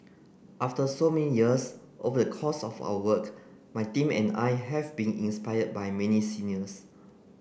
after so many years over the course of our work my team and I have been inspired by many seniors